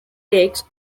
takes